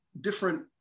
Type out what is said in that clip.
different